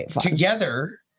together